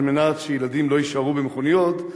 על מנת שילדים לא יישארו במכוניות,